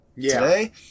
today